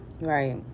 Right